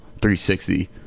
360